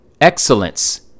Excellence